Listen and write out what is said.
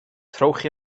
trowch